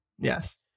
Yes